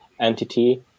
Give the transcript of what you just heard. entity